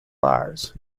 bars